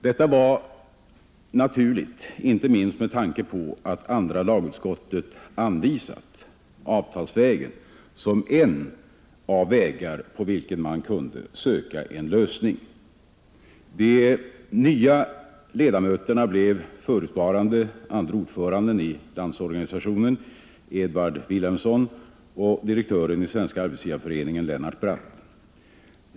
Detta var naturligt, inte minst med tanke på att andra lagutskottet anvisat avtalsvägen som en av de vägar på vilken man kunde söka en lösning. De nya ledamöterna blev förutvarande andre ordföranden i Landsorganisationen Edvard Vilhelmsson och direktören i Svenska arbetsgivareföreningen Lennart Bratt.